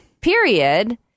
period